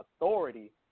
authority